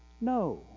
No